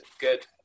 good